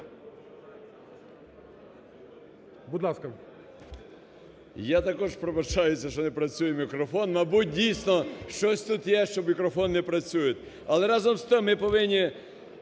СПОРИШ І.Д. Я також пробачаюсь, що не працює мікрофон. Мабуть, дійсно, щось тут є, що мікрофони не працюють. Але разом з тим, ми повинні